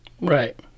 Right